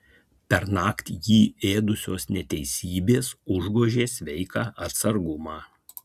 pernakt jį ėdusios neteisybės užgožė sveiką atsargumą